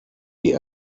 die